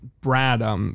Brad